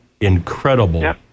Incredible